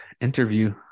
interview